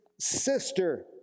Sister